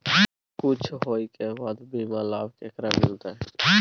कुछ होय के बाद बीमा लाभ केकरा मिलते?